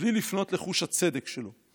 בלי לפנות לחוש הצדק שלו.